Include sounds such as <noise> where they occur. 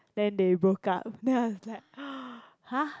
then they broke up then I was like <noise> !huh!